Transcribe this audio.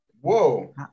Whoa